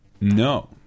No